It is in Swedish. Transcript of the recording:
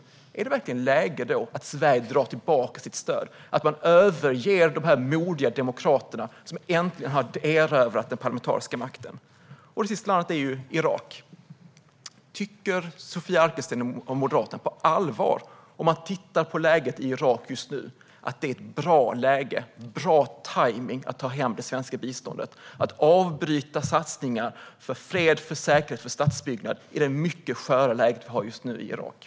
Är det då verkligen läge för Sverige att dra tillbaka sitt stöd och överge dessa modiga demokrater, som äntligen har erövrat den parlamentariska makten? Det sista landet är Irak. Tycker Sofia Arkelsten och Moderaterna på allvar - om man tittar på situationen i Irak just nu - att detta är ett bra läge att ta hem det svenska biståndet? Är det ett bra läge, med tanke på den sköra situation som råder i Irak, att avbryta satsningar för fred, säkerhet och statsbyggnad?